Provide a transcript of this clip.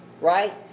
Right